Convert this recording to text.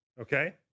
Okay